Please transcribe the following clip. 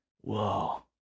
whoa